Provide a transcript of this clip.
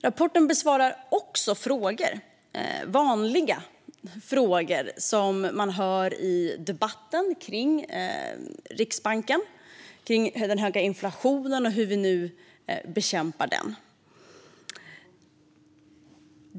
Rapporten besvarar också vanliga frågor som man hör i debatten kring Riksbanken om den höga inflationen och hur vi bekämpar den.